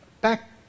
back